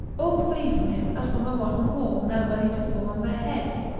all flee from him as from a rotten wall, now ready to fall on their heads.